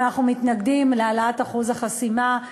אבל אנחנו מתנגדים להעלאת אחוז החסימה,